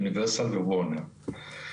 אוניברסל וורנר.